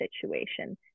situation